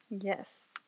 Yes